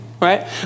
Right